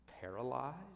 paralyzed